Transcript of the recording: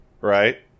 right